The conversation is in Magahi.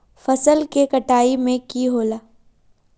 फसल के कटाई में की होला?